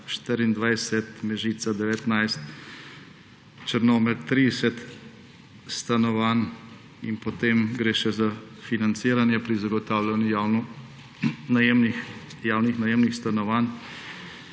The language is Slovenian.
24; Mežica, 19; Črnomelj, 30 stanovanj. Potem gre še za financiranje pri zagotavljanju javnih najemnih stanovanj: